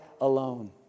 alone